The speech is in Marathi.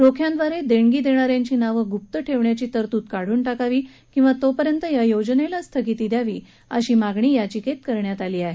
रोख्यांद्वारे देणगी देणा यांची नावं गुप्त ठेवण्याची तरतूद काढून टाकावी किवा तोपर्यंत या योजनेला स्थगिती द्यावी अशी मागणी याचिकेत करण्यात आली आहे